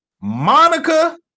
Monica